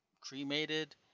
cremated